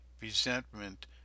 resentment